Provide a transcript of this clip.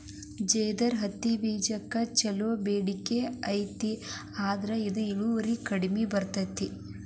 ಜೇದರ್ ಹತ್ತಿಬೇಜಕ್ಕ ಬೇಡಿಕೆ ಚುಲೋ ಐತಿ ಆದ್ರ ಇದು ಇಳುವರಿ ಕಡಿಮೆ ಬರ್ತೈತಿ